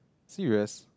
serious